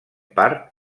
part